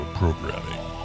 programming